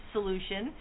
Solution